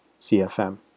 CFM